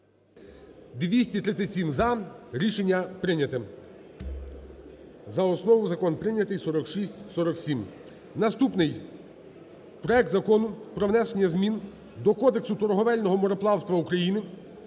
За-237 Рішення прийняте. За основу закон прийнятий 4647. Наступний проект Закону про внесення змін до Кодексу торговельного мореплавства України